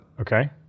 Okay